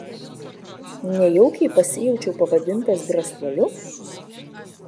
nejaukiai pasijaučiau pavadintas drąsuoliu